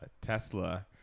Tesla